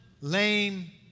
lame